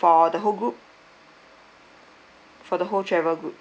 for the whole group for the whole travel group